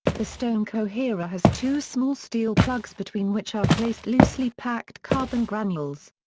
the stone coherer has two small steel plugs between which are placed loosely packed carbon granules.